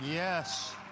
Yes